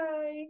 Bye